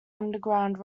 underground